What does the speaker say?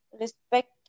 respect